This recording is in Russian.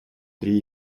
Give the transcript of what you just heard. три